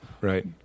Right